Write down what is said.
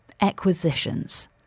acquisitions